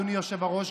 ואדוני היושב-ראש,